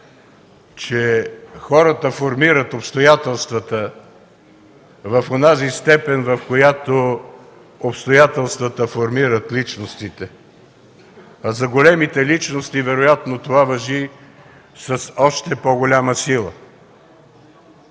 че хората формират обстоятелствата в онази степен, в която обстоятелствата формират личностите. За големите личности вероятно това важи с още по-голяма сила.